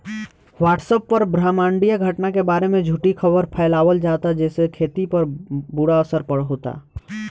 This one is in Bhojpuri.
व्हाट्सएप पर ब्रह्माण्डीय घटना के बारे में झूठी खबर फैलावल जाता जेसे खेती पर बुरा असर होता